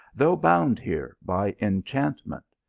though bound here by en chantment.